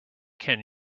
can